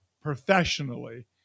professionally